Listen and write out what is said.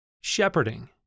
Shepherding